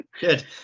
good